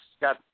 got